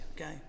okay